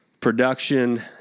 production